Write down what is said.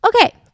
okay